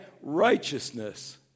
righteousness